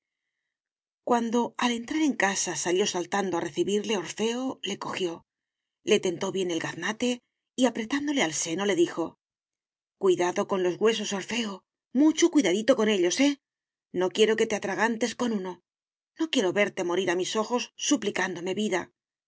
cuando al entrar en casa salió saltando a recibirle orfeo le cojió le tentó bien el gaznate y apretándole al seno le dijo cuidado con los huesos orfeo mucho cuidadito con ellos eh no quiero que te atragantes con uno no quiero verte morir a mis ojos suplicándome vida